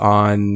on